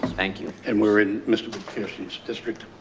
thank you. and we're in mr. pearson's district.